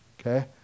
Okay